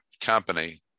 company